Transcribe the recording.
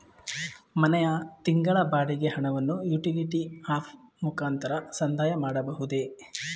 ಮನೆಯ ತಿಂಗಳ ಬಾಡಿಗೆ ಹಣವನ್ನು ಯುಟಿಲಿಟಿ ಆಪ್ ಮುಖಾಂತರ ಸಂದಾಯ ಮಾಡಬಹುದೇ?